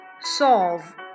solve